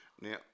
Now